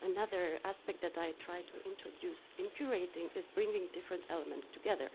another aspect that i try to introduce in curating is bringing different elements together.